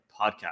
Podcast